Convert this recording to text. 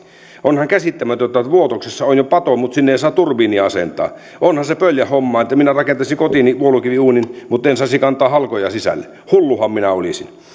onhan käsittämätöntä että vuotoksessa on jo pato mutta sinne ei saa turbiinia asentaa onhan se pöljä homma että minä rakentaisin kotiini vuolukiviuunin mutta en saisi kantaa halkoja sisälle hulluhan minä olisin